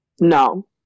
No